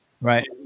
right